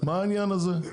מה העניין הזה?